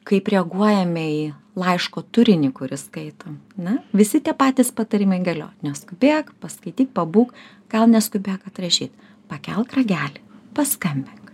kaip reaguojame į laiško turinį kurį skaitom na visi tie patys patarimai galioja neskubėk paskaityk pabūk gal neskubėk atrašyt pakelk ragelį paskambink